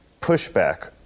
pushback